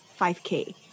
5k